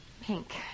pink